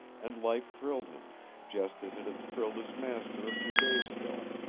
and life thrilled him, just as it had thrilled his master a few days ago.